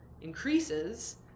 increases